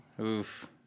Oof